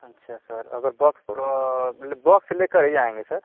अच्छा सर अगर बॉक्स मतलब बॉक्स लेकर ही जाएँगे सर